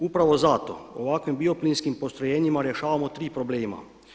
Upravo zato ovakvim bioplinskim postrojenjima rješavamo tri problema.